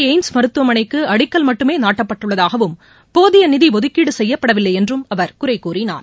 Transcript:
AIIMS மருத்துவமனைக்கு அடிக்கல் மட்டுமே நாட்டப்பட்டுள்ளதாகவும் போதிய நிதி மகுரை ஒதுக்கீடு செய்யப்படவில்லை என்றும் அவர் குறை கூறினார்